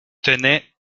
tenait